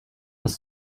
was